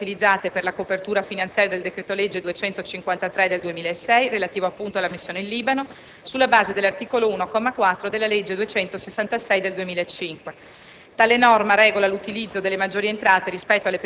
Al riguardo, si ricorda che le maggiori entrate in questione sono state utilizzate per la copertura finanziaria del decreto-legge n. 253 del 2006 (Atto Senato n. 1026), relativo appunto alla missione in Libano, sulla base dell'articolo 1, comma 4, della legge n. 266 del 2005